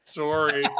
sorry